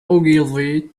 ogilvy